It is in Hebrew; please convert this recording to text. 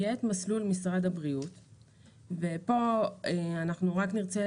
יהיה את מסלול משרד הבריאות וכאן אנחנו רק נרצה